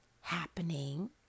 happening